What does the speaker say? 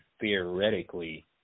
theoretically